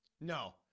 No